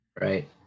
right